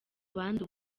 abandi